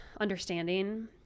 understanding